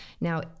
Now